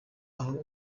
aho